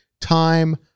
time